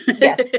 Yes